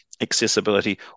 accessibility